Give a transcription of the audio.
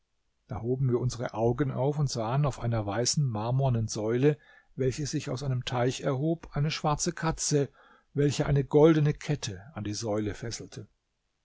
da hoben wir unsere augen auf und sahen auf einer weißen marmornen säule welche sich aus einem teich erhob eine schwarze katze welche eine goldene kette an die säule fesselte